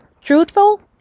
truthful